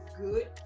good